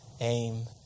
aim